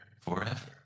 forever